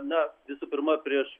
na visų pirma prieš